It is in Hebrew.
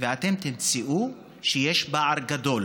ואתם תמצאו שיש פער גדול